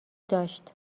داشت